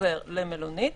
חוזר למלונית,